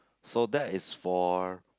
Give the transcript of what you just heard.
so that is for